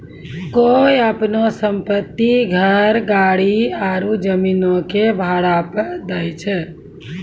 कोय अपनो सम्पति, घर, गाड़ी आरु जमीनो के भाड़ा पे दै छै?